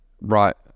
right